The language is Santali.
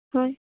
ᱦᱳᱭ